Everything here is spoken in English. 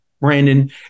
Brandon